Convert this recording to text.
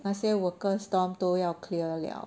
那些 workers dorm 都要 clear liao